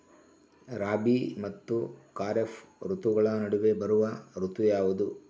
ರಾಬಿ ಮತ್ತು ಖಾರೇಫ್ ಋತುಗಳ ನಡುವೆ ಬರುವ ಋತು ಯಾವುದು?